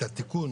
התיקון